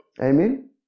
Amen